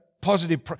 positive